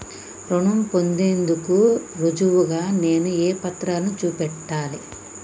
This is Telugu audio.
రుణం పొందేందుకు రుజువుగా నేను ఏ పత్రాలను చూపెట్టాలె?